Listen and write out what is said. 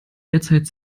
derzeit